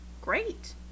Great